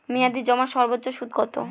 মেয়াদি জমার সর্বোচ্চ সুদ কতো?